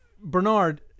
Bernard